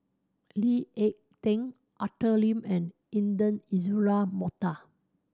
Lee Ek Tieng Arthur Lim and Intan Azura Mokhtar